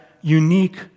unique